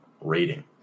rating